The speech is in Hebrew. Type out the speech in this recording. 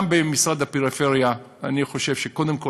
גם במשרד הפריפריה אני חושב שקודם כול,